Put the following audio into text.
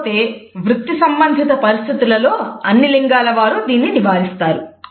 కాకపోతే వృత్తి సంబంధిత పరిస్థితులలో అన్ని లింగాల వారు దీన్ని నివారిస్తారు